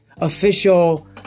official